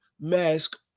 mask